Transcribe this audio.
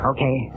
Okay